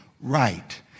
right